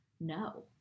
no